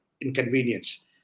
inconvenience